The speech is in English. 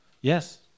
Yes